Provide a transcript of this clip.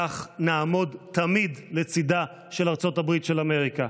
כך נעמוד תמיד לצידה של ארצות הברית של אמריקה,